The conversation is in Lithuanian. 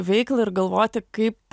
veiklą ir galvoti kaip